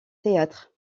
théâtre